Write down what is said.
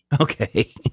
Okay